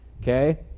Okay